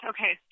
Okay